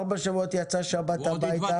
ארבעה שבועות, יצא שבת הביתה לעשות כביסה.